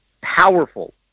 Powerful